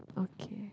okay